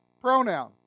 pronoun